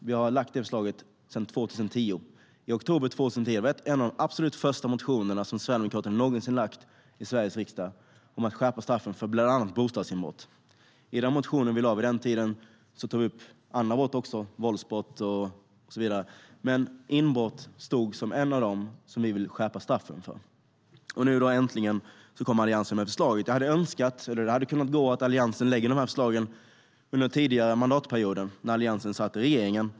Vi har lagt fram det förslaget sedan oktober 2010. Det var en av de absolut första motioner som Sverigedemokraterna någonsin väckt i Sveriges riksdag om att skärpa straffen för bland annat bostadsinbrott. I den motion som vi väckte vid den tiden tog vi också upp andra brott, våldsbrott och så vidare, men inbrott stod som ett av dem som vi ville skärpa straffen för. Nu kommer Alliansen äntligen med det förslaget. De hade kunnat lägga fram förslag under tidigare mandatperioder när Alliansen satt i regeringen.